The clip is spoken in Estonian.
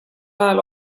ajal